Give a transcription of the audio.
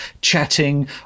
chatting